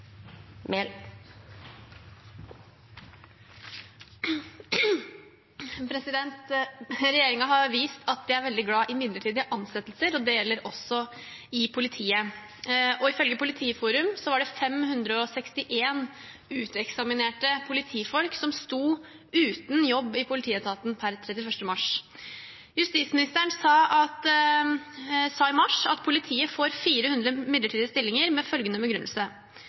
har vist at de er glad i midlertidige ansettelser, også i justissektoren og politiet. Ifølge Politiforum sto 561 uteksaminerte politifolk uten jobb i etaten 31. mars. Justisministeren sa i mars at politiet får 400 midlertidige stillinger med følgende begrunnelse: